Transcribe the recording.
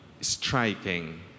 striking